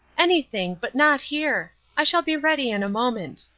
anything, but not here! i shall be ready in a moment.